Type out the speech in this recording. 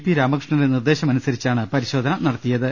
P രാമകൃഷ്ണന്റെ നിർദ്ദേശാനുസരണമാണ് പരിശോധന നടത്തിയത്